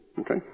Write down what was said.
Okay